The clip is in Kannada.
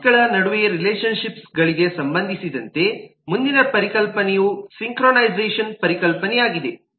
ಒಬ್ಜೆಕ್ಟ್ಗಳ ನಡುವಿನ ರಿಲೇಶನ್ ಶಿಪ್ಸ್ಗೆ ಸಂಬಂಧಿಸಿದಂತೆ ಮುಂದಿನ ಪರಿಕಲ್ಪನೆಯು ಸಿಂಕ್ರೊನೈಝೆಶನ್ ಪರಿಕಲ್ಪನೆಯಾಗಿದೆ